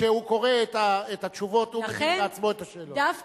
כשהוא קורא את התשובות הוא מבין בעצמו את השאלות.